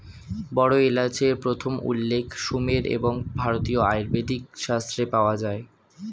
বড় এলাচের প্রথম উল্লেখ সুমের এবং ভারতীয় আয়ুর্বেদিক শাস্ত্রে পাওয়া যায়